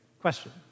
Question